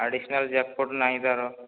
additional jackpot ନାହିଁ ତାର